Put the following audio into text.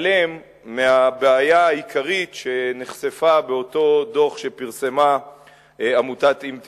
מתעלם מהבעיה העיקרית שנחשפה באותו דוח שפרסמה עמותת "אם תרצו".